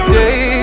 day